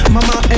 Mama